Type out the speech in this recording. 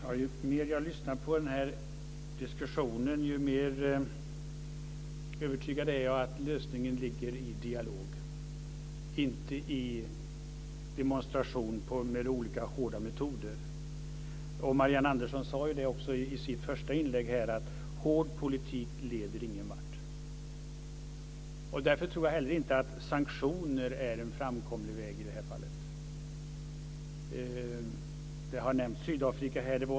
Herr talman! Ju mer jag lyssnar på den här diskussionen desto mer övertygad blir jag om att lösningen ligger i dialog, inte i demonstration med olika hårda metoder. Marianne Andersson sade ju också i sitt första inlägg att en hård politik inte leder någon vart. Därför tror jag inte heller att sanktioner är en framkomlig väg i det här fallet. Sydafrika har nämnts här.